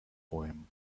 poem